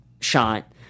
shot